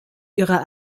ihrer